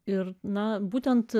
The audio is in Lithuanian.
ir na būtent